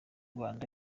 rwanda